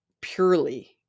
purely